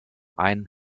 ein